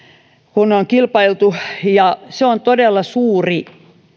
on kilpailtu se on todella suuri